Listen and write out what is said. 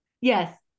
Yes